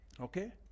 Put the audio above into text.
Okay